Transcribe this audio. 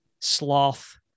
sloth